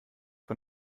von